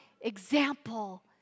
example